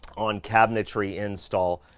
on cabinetry install.